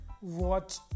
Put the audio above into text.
watch